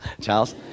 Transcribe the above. Charles